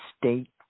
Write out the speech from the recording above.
state